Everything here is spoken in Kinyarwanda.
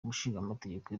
umushingamateka